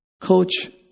Coach